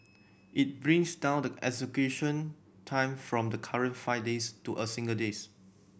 it brings down the execution time from the current five days to a single days